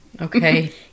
Okay